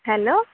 hello